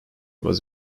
was